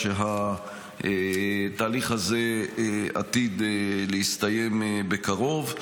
שהתהליך הזה עתיד להסתיים בקרוב.